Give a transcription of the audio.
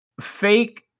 fake